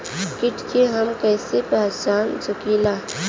कीट के हम कईसे पहचान सकीला